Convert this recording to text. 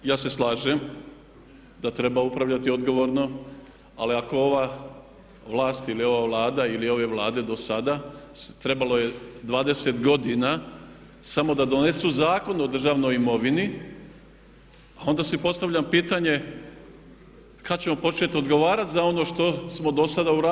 Ja se slažem da treba upravljati odgovorno ali ako ova vlast ili ova Vlada ili ove vlade dosada trebalo je 20 godina samo da donesu Zakon o državnoj imovini onda si postavljam pitanje kad ćemo početi odgovarati za ono što smo dosada uradili?